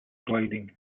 gliding